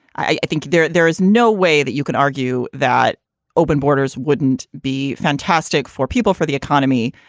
i think there there is no way that you can argue that open borders wouldn't be fantastic for people, for the economy,